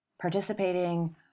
participating